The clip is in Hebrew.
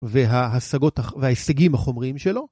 וההישגים החומריים שלו.